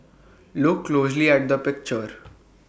look closely at the picture